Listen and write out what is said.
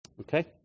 Okay